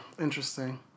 Interesting